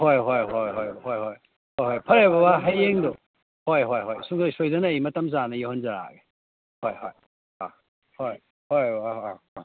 ꯍꯣꯏ ꯍꯣꯏ ꯍꯣꯏ ꯍꯣꯏ ꯍꯣꯏ ꯍꯣꯏ ꯍꯣꯏ ꯍꯣꯏ ꯐꯔꯦ ꯕꯕꯥ ꯍꯌꯦꯡꯗꯣ ꯍꯣꯏ ꯍꯣꯏ ꯍꯣꯏ ꯁꯨꯡꯁꯣꯏ ꯁꯣꯏꯗꯅꯅ ꯑꯩ ꯃꯇꯝ ꯆꯥꯅ ꯌꯧꯍꯟꯖꯔꯛꯑꯒꯦ ꯍꯣꯏ ꯍꯣꯏ ꯑꯥ ꯍꯣꯏ ꯍꯣꯏ ꯕꯕꯥ ꯑꯥ ꯎꯝ